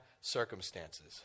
circumstances